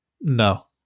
No